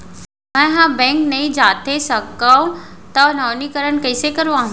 मैं ह बैंक नई जाथे सकंव त नवीनीकरण कइसे करवाहू?